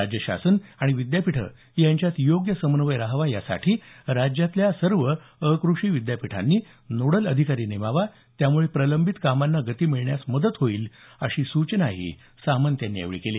राज्य शासन आणि विद्यापीठं यांच्यात योग्य समन्वय राहावा यासाठी राज्यातल्या सर्व अकृषी विद्यापीठांनी नोडल अधिकारी नेमावा त्यामुळे प्रलंबित कामांना गती मिळण्यास मदत होईल अशी सूचनाही सामंत यांनी यावेळी केली